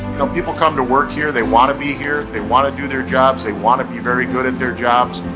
know, people come to work here, they wanna be here, they wanna do their jobs, they wanna be very good at their jobs.